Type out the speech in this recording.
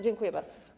Dziękuję bardzo.